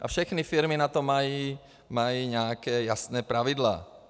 A všechny firmy na to mají nějaká jasná pravidla.